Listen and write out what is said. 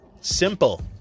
Simple